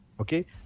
Okay